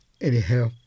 Anyhow